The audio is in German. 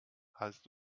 hast